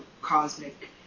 cosmic